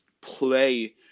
play